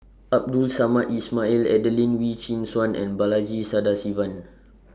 Abdul Samad Ismail Adelene Wee Chin Suan and Balaji Sadasivan